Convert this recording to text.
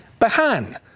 Bahan